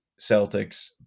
Celtics